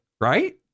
right